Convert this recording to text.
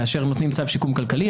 כאשר נותנים צו שיקום כלכלי,